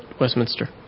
Westminster